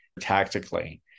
tactically